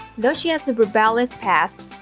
though she has a rebellious past,